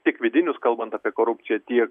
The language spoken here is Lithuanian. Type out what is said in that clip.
teik vidinius kalbant apie korupciją tiek